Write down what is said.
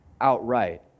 outright